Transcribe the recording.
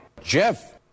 Jeff